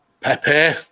Pepe